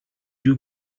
you